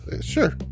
Sure